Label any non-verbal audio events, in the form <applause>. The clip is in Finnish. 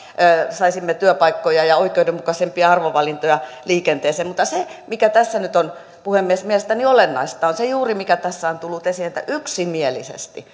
saisimme työpaikkoja ja oikeudenmukaisempia arvovalintoja liikenteeseen mutta se mikä tässä nyt on puhemies mielestäni olennaista on se juuri mikä tässä on tullut esiin että yksimielisesti <unintelligible>